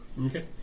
Okay